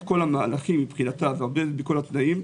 כל המהלכים מבחינתה ועומדת בכל התנאים,